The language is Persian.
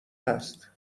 هست